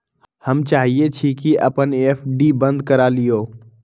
हम चाहई छी कि अपन एफ.डी बंद करा लिउ